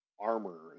armor